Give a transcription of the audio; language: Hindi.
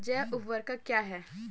जैव ऊर्वक क्या है?